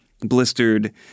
blistered